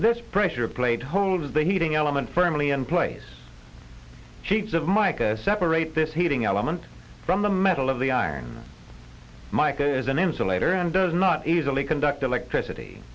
this pressure plate holds the heating element firmly in place sheets of mica separate this heating element from the metal of the iron mike and as an insulator and does not easily conduct electricity